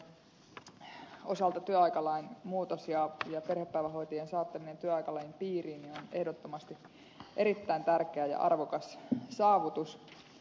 tässä on perhepäivähoidon osalta työaikalain muutos ja perhepäivähoitajien saattaminen työaikalain piiriin on ehdottomasti erittäin tärkeä ja arvokas saavutus